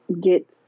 get